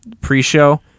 pre-show